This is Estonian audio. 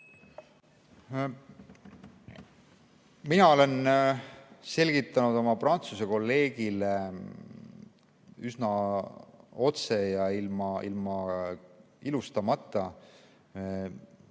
Mina olen selgitanud oma Prantsuse kolleegile üsna otse ja ilma ilustamata,